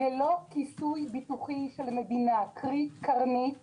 ללא כיסוי ביטוחי של מדינה קרי קרנית